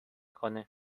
کنه